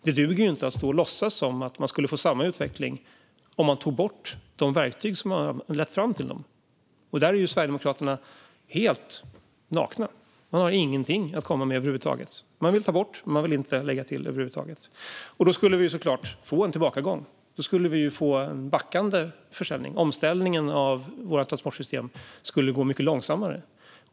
Det duger inte att stå och låtsas som att man skulle få samma utveckling om man tog bort de verktyg som har lett fram till den. Där är Sverigedemokraterna helt nakna. Man har ingenting att komma med över huvud taget. Man vill ta bort, men man vill inte lägga till över huvud taget. Då skulle vi såklart få en tillbakagång och en backande försäljning. Omställningen av våra transportsystem skulle gå mycket långsammare.